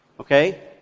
Okay